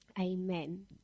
amen